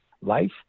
life